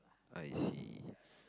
I see